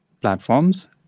platforms